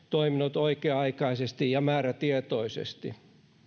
toiminut oikea aikaisesti ja määrätietoisesti